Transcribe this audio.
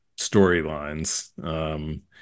storylines